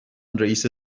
رئیس